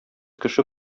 кеше